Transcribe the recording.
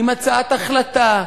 עם הצעת החלטה,